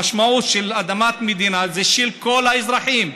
המשמעות של אדמת מדינה זה שהיא של כל האזרחים,